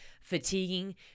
fatiguing